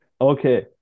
Okay